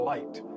light